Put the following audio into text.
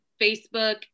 Facebook